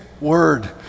word